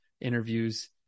interviews